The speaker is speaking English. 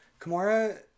Kimura